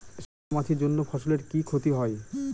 সাদা মাছির জন্য ফসলের কি ক্ষতি হয়?